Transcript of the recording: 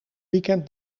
weekend